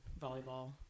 volleyball